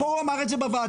הוא אמר את זה פה בוועדה.